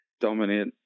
dominate